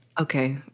Okay